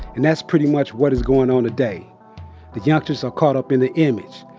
and that's pretty much what is going on today. the youngsters are caught up in the image.